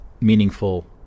meaningful